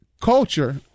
culture